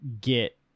get